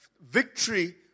victory